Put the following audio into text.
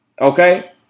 okay